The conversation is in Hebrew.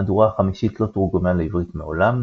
המהדורה החמישית לא תורגמה לעברית מעולם,